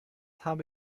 habe